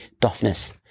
toughness